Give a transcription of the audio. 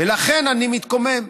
ולכן אני מתקומם.